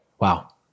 Wow